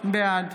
בעד